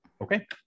Okay